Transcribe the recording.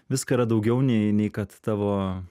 viską yra daugiau nei nei kad tavo